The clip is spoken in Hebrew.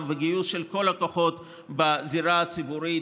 וגיוס של כל הכוחות בזירה הציבורית,